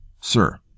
sir